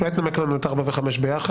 כעת נמק לנו את ארבע וחמש ביחד?